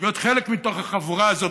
להיות חלק מתוך החבורה הזאת.